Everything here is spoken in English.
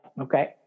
Okay